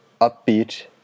upbeat